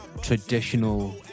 traditional